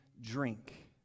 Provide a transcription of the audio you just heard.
drink